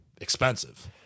expensive